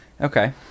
Okay